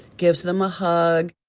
gives them a hug,